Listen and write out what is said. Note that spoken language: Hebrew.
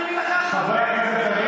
חברי הכנסת,